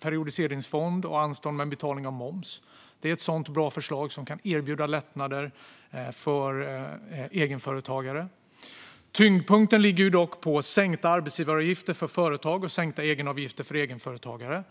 periodiseringsfonden och anstånd med betalning av moms. Detta är bra förslag som kan erbjuda lättnader för egenföretagare. Tyngdpunkten ligger dock på sänkta arbetsgivaravgifter för företag och sänkta egenavgifter för egenföretagare.